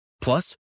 Plus